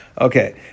Okay